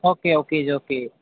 okay okay ਜੀ okay